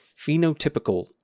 phenotypical